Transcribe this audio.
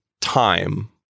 time